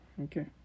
Okay